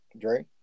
Dre